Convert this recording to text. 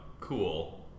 cool